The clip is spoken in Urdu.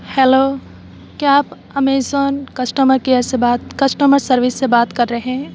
ہیلو کیا آپ امیزون کسٹمر کیئر سے بات کسٹمر سروس سے بات کر رہے ہیں